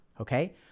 okay